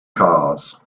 cars